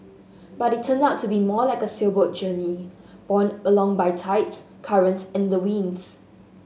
but it turned out to be more like a sailboat journey borne along by tides currents and the winds